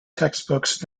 textbooks